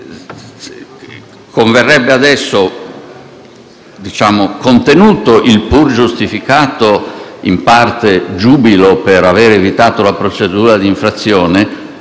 adesso converrebbe, contenuto il pur giustificato, in parte, giubilo per aver evitato la procedura di infrazione,